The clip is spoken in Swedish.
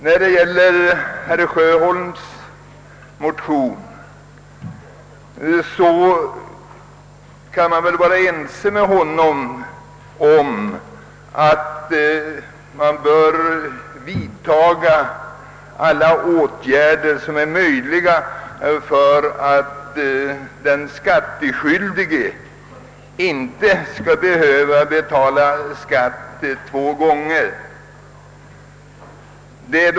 Beträffande herr Sjöholms motion kan man väl vara ense med honom om att man bör vidtaga alla vettiga åtgärder som är möjliga för att den skattskyldige inte skall behöva betala skatt två gånger.